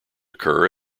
occur